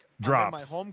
drops